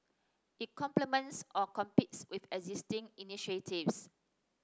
it complements or competes with existing initiatives